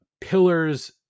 pillars